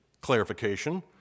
clarification